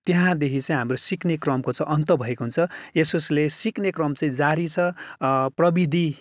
त्यहाँदेखि चाहिँ हाम्रो सिक्ने क्रमको चाहिँ अन्त भएको हुन्छ यसोस्ले सिक्ने क्रम चाहिँ जारी छ प्राविधिक